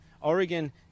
Oregon